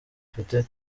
mfite